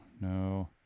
no